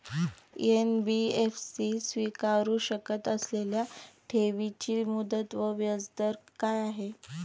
NBFC स्वीकारु शकत असलेल्या ठेवीची मुदत व व्याजदर काय आहे?